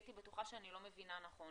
הייתי בטוחה שאני לא מבינה נכון